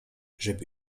żeby